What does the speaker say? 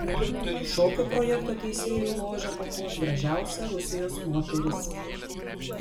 šokių projekto teisėjų ložę papuoš gražiausia rusijos moteris